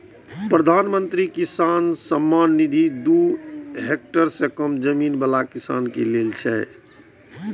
प्रधानमंत्री किसान सम्मान निधि दू हेक्टेयर सं कम जमीन बला किसान लेल छै